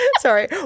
sorry